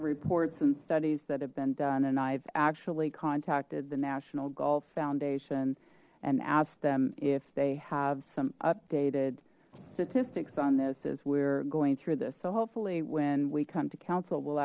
reports and studies that have been done and i've actually contacted the national golf foundation and asked them if they have some updated statistics on this as we're going through this so hopefully when we come to council w